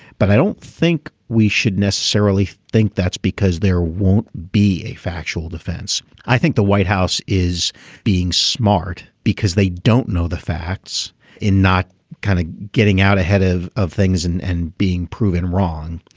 but i don't think we should necessarily think that's because there won't be a factual defense. i think the white house is being smart because they don't know the facts in not kind of getting out ahead of of things and and being proven wrong.